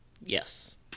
Yes